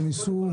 קודם כול,